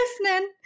listening